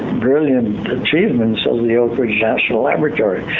brilliant achievements of the oak ridge national laboratory.